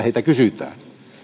heitä kysytään